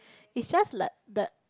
it's just like that